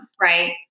right